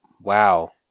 Wow